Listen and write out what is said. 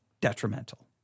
detrimental